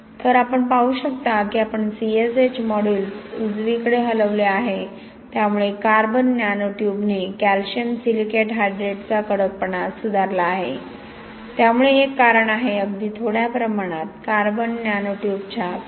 तर आपण पाहू शकता की आपण CSH मॉड्यूलस उजवीकडे हलवले आहे त्यामुळे कार्बन नॅनो ट्यूबने कॅल्शियम सिलिकेट हायड्रेटचा कडकपणा सुधारला आहे त्यामुळे हे एक कारण आहे अगदी थोड्या प्रमाणात कार्बन नॅनो ट्यूबच्या 0